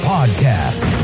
Podcast